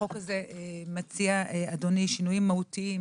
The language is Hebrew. החוק הזה מציע שינויים מהותיים